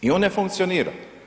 I on ne funkcionira.